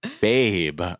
Babe